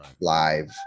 live